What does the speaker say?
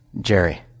Jerry